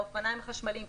אופניים חשמליים,